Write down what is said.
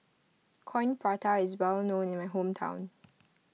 Coin Prata is well known in my hometown